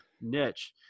niche